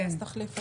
כן, אז תחליף אותו.